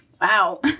wow